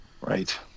Right